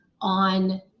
on